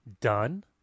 done